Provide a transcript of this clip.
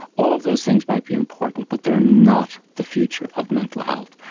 all of those things might be important but they are not the future of mental health.